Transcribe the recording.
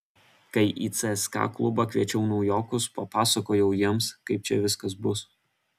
kai į cska klubą kviečiau naujokus papasakojau jiems kaip čia viskas bus